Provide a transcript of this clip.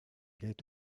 гээд